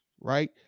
right